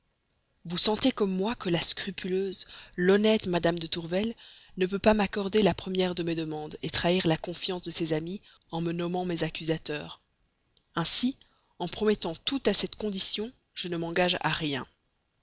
vous sentez comme moi que la scrupuleuse l'honnête mme de tourvel ne peut pas m'accorder la première de mes demandes trahir la confiance de ses amis en me nommant mes accusateurs ainsi en promettant tout à cette condition je ne m'engage à rien